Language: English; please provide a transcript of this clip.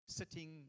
sitting